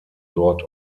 dort